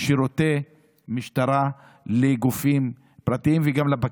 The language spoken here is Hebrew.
שירותי משטרה לגופים פרטיים וגם לפקחים.